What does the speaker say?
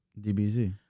DBZ